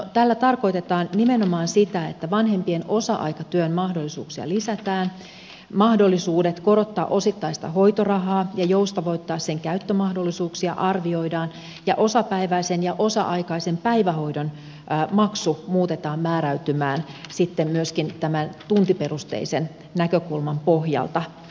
tällä tarkoitetaan nimenomaan sitä että vanhempien osa aikatyön mahdollisuuksia lisätään mahdollisuudet korottaa osittaista hoitorahaa ja joustavoittaa sen käyttömahdollisuuksia arvioidaan ja osapäiväisen ja osa aikaisen päivähoidon maksu muutetaan määräytymään sitten myöskin tämän tuntiperusteisen näkökulman pohjalta